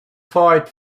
fight